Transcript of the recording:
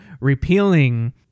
repealing